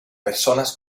personas